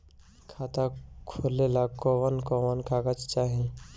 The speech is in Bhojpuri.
खाता खोलेला कवन कवन कागज चाहीं?